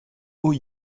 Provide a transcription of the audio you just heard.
haut